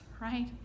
right